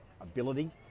ability